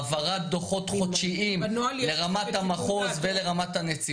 העברת דוחות חודשיים לרמת המחוז ולרמת הנציבות.